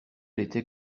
était